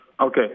okay